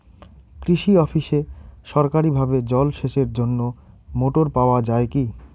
কৃষি অফিসে সরকারিভাবে জল সেচের জন্য মোটর পাওয়া যায় কি?